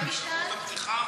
את אות הפתיחה?